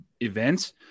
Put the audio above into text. events